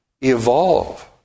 evolve